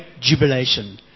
jubilation